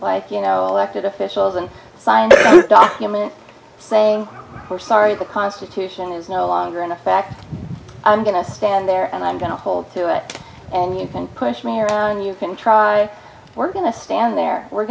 like you know elected officials and signed a document saying we're sorry the constitution is no longer in effect i'm going to stand there and i'm going to hold to it and you can push me around you can try we're going to stand there we're